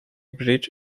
bridge